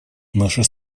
наша